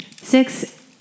Six